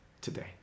today